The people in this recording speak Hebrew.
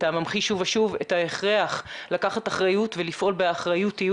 אתה ממחיש שוב ושוב את ההכרח לקחת אחריות לפעול באחריותיות.